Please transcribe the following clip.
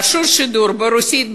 רשות השידור ברוסית,